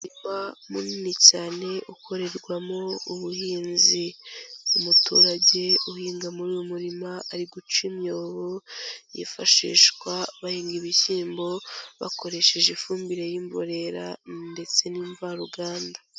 Umurima munini cyane ukorerwamo ubuhinzi. Umuturage uhinga muri uyu murima ari guca imyobo yifashishwa bahinga ibishyimbo, bakoresheje ifumbire y'imborera ndetse n'imvaruganda.